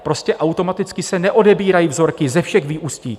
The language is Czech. Prostě automaticky se neodebírají vzorky ze všech vyústí.